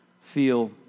feel